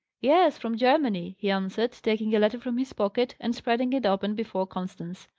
yes, from germany, he answered, taking a letter from his pocket, and spreading it open before constance.